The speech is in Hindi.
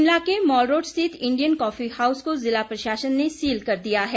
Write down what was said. शिमला के मालरोड स्थित इंडियन कॉफी हाउस को जिला प्रशासन ने सील कर दिया है